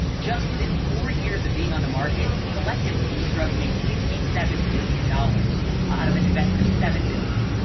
just within four years of being on the market, collectively these drugs made sixty seven billion dollars out of an investment of seven billion